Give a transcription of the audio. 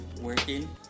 Working